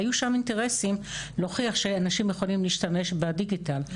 היו שם אינטרסים להוכיח שאנשים יכולים להשתמש בדיגיטל,